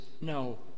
no